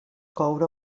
coure